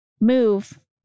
move